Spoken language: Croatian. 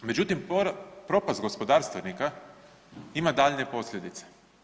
Međutim, propast gospodarstvenika ima daljnje posljedice.